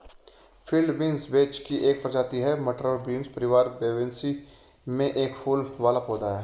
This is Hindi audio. फील्ड बीन्स वेच की एक प्रजाति है, मटर और बीन परिवार फैबेसी में एक फूल वाला पौधा है